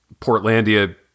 Portlandia